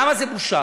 למה זה בושה?